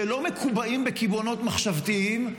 שלא מקובעים בקיבעונות מחשבתיים,